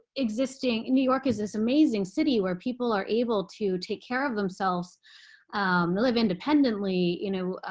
existing. and new york is this amazing city where people are able to take care of themselves live independently. you know